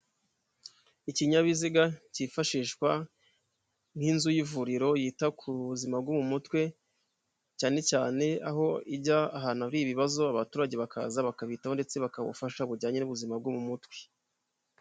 Ikinyabiziga cyifashishwa nk'inzu y'ivuriro yita ku buzima bwo mu mutwe, cyane cyane aho ijya ahantu hari ibibazo abaturage bakaza bakabitaho ndetse bakabufasha bujyanye n'ubuzima bwo mu mutwe.